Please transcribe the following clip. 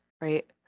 right